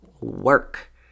work